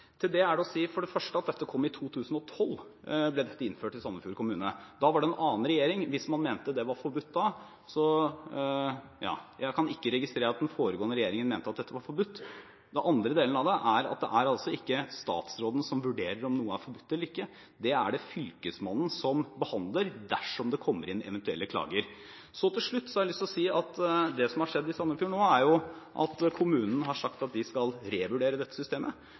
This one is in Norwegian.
Til det er det å si, for det første, at dette ble innført i Sandefjord kommune i 2012. Da var det en annen regjering, og jeg kan ikke se at den foregående regjeringen mente at dette var forbudt. Det andre er at det er altså ikke statsråden som vurderer om noe er forbudt eller ikke; det er fylkesmannen som behandler eventuelle klager. Til slutt har jeg lyst til å si at det som har skjedd i Sandefjord nå, er at kommunen har sagt at de skal revurdere dette systemet.